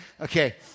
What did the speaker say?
Okay